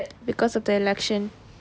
because of the election